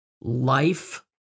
life